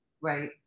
Right